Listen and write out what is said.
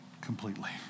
completely